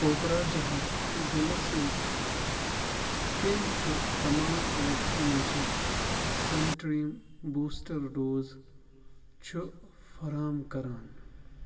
کوکراجَہَر ضلعس مَنٛز کٔمۍ چھُ تمام وٮ۪کسِنیشَن سٮ۪نٛٹَر یِم بوٗسٹَر ڈوز چھُ فراہَم کران